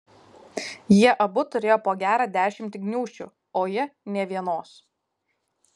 jie abu turėjo po gerą dešimtį gniūžčių o ji nė vienos